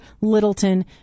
Littleton